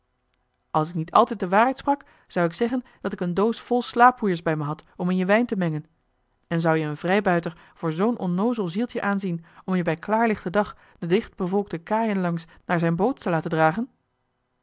als ik niet altijd de waarheid sprak zou ik zeggen dat ik een doos vol slaappoeiers bij me had om in je wijn te mengen en zou-je een vrijbuiter voor zoo'n onnoozel zieltje aanzien om je bij klaarlichten dag de dichtbevolkte kaaien langs naar zijn boot te laten dragen